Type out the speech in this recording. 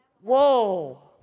Whoa